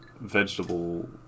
vegetable